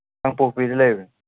ꯀꯥꯡꯄꯣꯛꯄꯤꯗ ꯂꯩꯕꯅꯤ